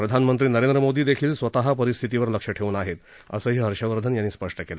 प्रधानमंत्री नरेंद्र मोदी देखील स्वतः परिस्थितीवर लक्ष ठेवून आहेत असंही हर्षवर्धन यांनी स्पष्ट केलं